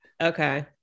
okay